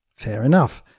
fair enough,